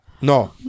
No